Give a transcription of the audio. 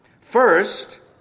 First